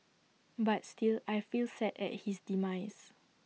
but still I feel sad at his demise